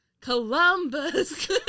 Columbus